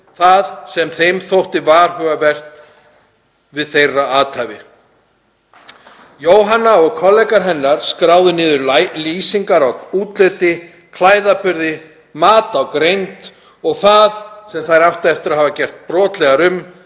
það sem þeim þótti varhugavert við athæfi þeirra. Jóhanna og kollegar hennar skráðu niður lýsingar á útliti, klæðaburði, mat á greind og það sem þær áttu að hafa gerst brotlegar